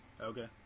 Okay